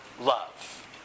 love